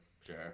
Sure